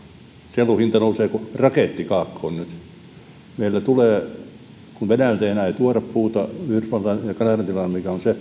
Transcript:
sellun hinta nousee kuin raketti kaakkoon nyt kun venäjältä ei enää tuoda puuta ja yhdysvaltain ja kanadan tilanne on se